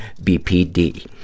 bpd